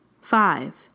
Five